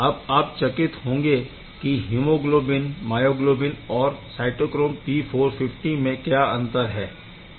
अब आप चकित होंगे की हीमोग्लोबिन मायोग्लोबिन और साइटोक्रोम P450 में क्या अंतर है